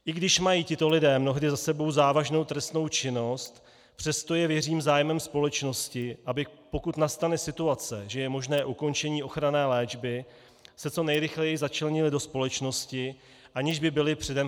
I když mají tito lidé mnohdy za sebou závažnou trestnou činnost, přesto je, věřím, zájmem společnosti, aby se, pokud nastane situace, že je možné ukončení ochranné léčby, co nejrychleji začlenili do společnosti, aniž by byli předem hendikepováni.